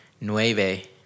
nueve